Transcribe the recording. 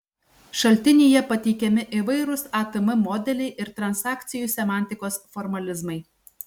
šaltinyje pateikiami įvairūs atm modeliai ir transakcijų semantikos formalizmai